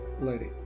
lady